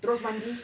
terus mandi